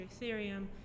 Ethereum